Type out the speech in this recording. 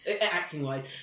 Acting-wise